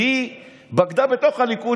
והיא בגדה בתוך הליכוד,